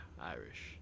Irish